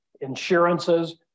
insurances